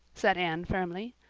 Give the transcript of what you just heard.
said anne firmly.